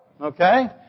okay